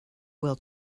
will